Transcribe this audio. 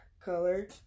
color